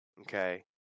Okay